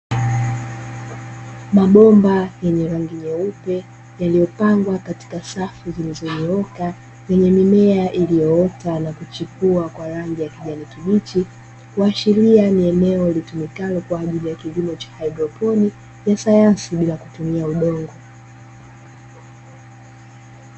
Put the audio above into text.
Mabomba yenye rangi nyeupe yaliyopangwa katika safu zilizonyooka yenye mimea iliyoota na kuchipua kwa rangi ya kijani kibichi, kuashiria ni eneo litumikalo kwa ajili ya kilimo cha haidroponi ya sayansi bila kutumia udongo.